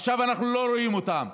עכשיו אנחנו לא רואים אותם.